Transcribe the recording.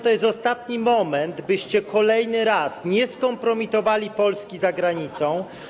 To jest ostatni moment, byście kolejny raz nie skompromitowali Polski za granicą.